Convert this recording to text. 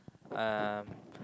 um